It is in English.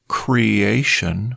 creation